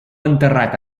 enterrat